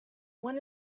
one